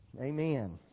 Amen